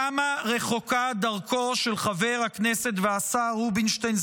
כמה רחוקה דרכו של חבר הכנסת והשר רובינשטיין,